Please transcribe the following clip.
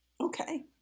Okay